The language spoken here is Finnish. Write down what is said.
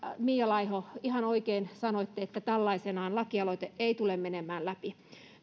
mia laiho ihan oikein sanoitte että tällaisenaan lakialoite ei tule menemään läpi